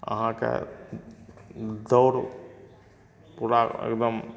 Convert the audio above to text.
अहाँके दौड़ पुरा एकदम